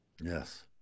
Yes